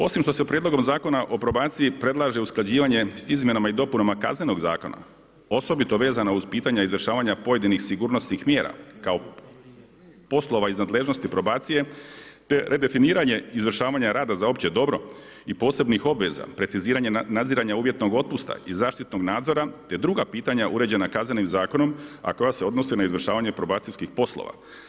Osim što se prijedlogom Zakona o probaciji predlaže usklađivanje s izmjenama i dopunama Kaznenog zakona, osobito vezana uz pitanja izvršavanja pojedinih sigurnosnih mjera kao poslova iz nadležnosti probacije te redefiniranje izvršavanja rada za opće dobro i posebnih obveza, preciziranje nadziranja uvjetnog otpusta i zaštitnog nadzora te druga pitanja uređena Kaznenim zakonom, a koja se odnose na izvršavanje probacijskih poslova.